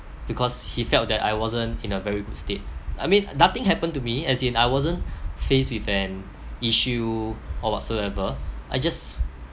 because he felt that I wasn't in a very good state I mean nothing happened to me as in I wasn't faced with an issue or whatsoever I just